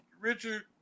Richard